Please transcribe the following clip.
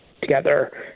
together